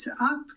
up